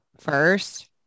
first